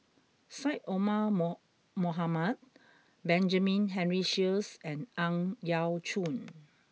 Syed Omar moan Mohamed Benjamin Henry Sheares and Ang Yau Choon